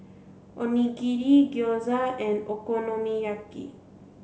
Onigiri Gyoza and Okonomiyaki